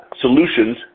solutions